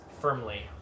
firmly